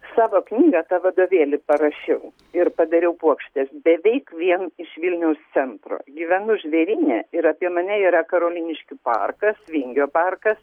savo knygą tą vadovėlį parašiau ir padariau puokštes beveik vien iš vilniaus centro gyvenu žvėryne ir apie mane yra karoliniškių parkas vingio parkas